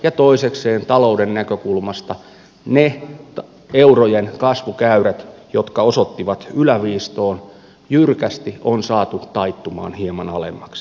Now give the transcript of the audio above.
ja toisekseen talouden näkökulmasta ne eurojen kasvukäyrät jotka osoittivat yläviistoon jyrkästi on saatu taittumaan hieman alemmaksi